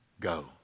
go